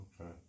okay